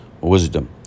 wisdom